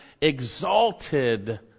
exalted